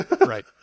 Right